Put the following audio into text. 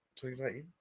2019